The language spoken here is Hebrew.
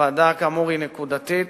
הוועדה כאמור היא נקודתית